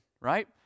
right